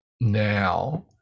now